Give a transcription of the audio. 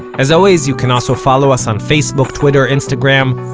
as always, you can also follow us on facebook, twitter, instagram,